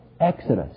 Exodus